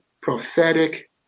prophetic